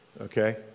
Okay